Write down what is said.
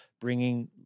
bringing